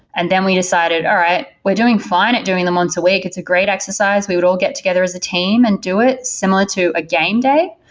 and then we decided, all right. we're doing fine at doing them once a week. it's a great exercise. we would all get together as a team and do it similar to a game day.